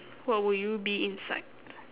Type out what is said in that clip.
what would you be inside